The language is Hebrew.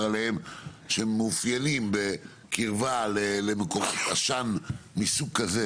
עליהם שהם מאופיינים בקרבה למקורות עשן מסוג כזה,